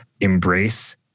embrace